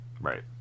Right